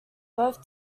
both